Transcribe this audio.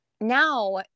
Now